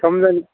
समजोन